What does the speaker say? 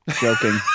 joking